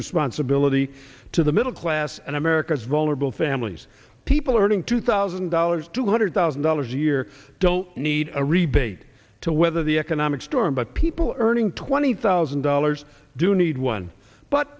responsibility to the middle class and america's vulnerable families people earning two thousand dollars two hundred thousand dollars a year don't need a rebate to weather the economic storm but people earning twenty thousand dollars do need one but